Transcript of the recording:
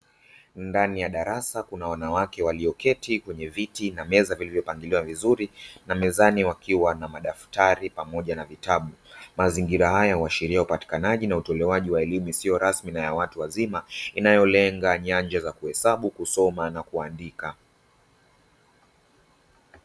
Ndani ya darasa kuna wanawake walioketi kwenye viti na meza vilivyopangiliwa vizuri na mezani wakiwa na madaftari pamoja na vitabu, mazingira haya huashiria upatikanaji na utolewaji wa elimu isiyo rasmi na ya watu wazima inayolenga nyanja za kuhesabu, kusoma na kuandika.